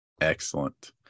Excellent